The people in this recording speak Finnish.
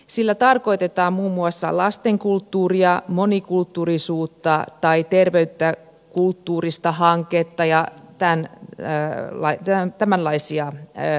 sillä tarkoitetaan muun muassa lastenkulttuuria monikulttuurisuutta tai terveyttä kulttuurista hanketta ja tämänlaisia asioita